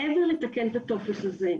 מעבר ללתקן את הטופס הזה,